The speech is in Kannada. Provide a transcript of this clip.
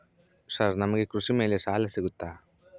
ಸರ್ ನಮಗೆ ಕೃಷಿ ಮೇಲೆ ಸಾಲ ಸಿಗುತ್ತಾ?